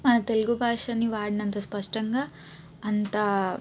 మన తెలుగు భాషని వాడినంత స్పష్టంగా అంత